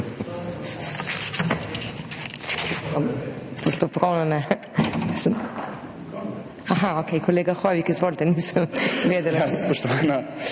vprašanje